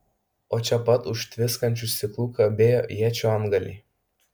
o čia pat už tviskančių stiklų kabėjo iečių antgaliai